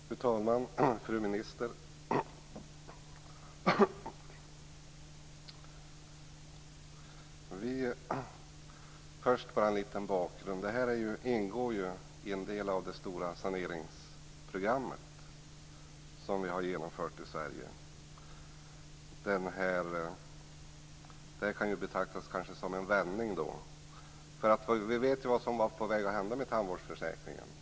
Fru talman! Fru minister! Först vill jag bara ge en liten bakgrund. Det här ingår som en del av det stora saneringsprogram som vi har genomfört i Sverige. Det kan betraktas som en vändning. Vi vet ju vad som var på väg att hända med tandvårdsförsäkringen.